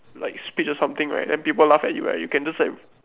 like speech or something right then people laugh at you right you can just like